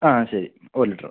ആ ശരി ഒര് ലിറ്ററ്